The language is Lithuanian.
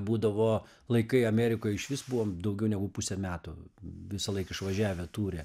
būdavo laikai amerikoj išvis buvom daugiau negu pusę metų visąlaik išvažiavę ture